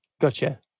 Gotcha